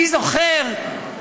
אני זוכר,